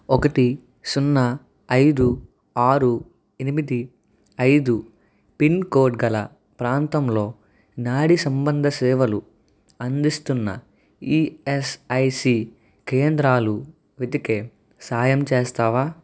ఒకటి సున్నా ఐదు ఆరు ఎనిమిది ఐదు పిన్ కోడ్ గల ప్రాంతంలో నాడీసంబంధ సేవలు అందిస్తున్న ఈఎస్ఐసి కేంద్రాలు వెతికే సాయం చేస్తావా